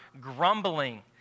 grumbling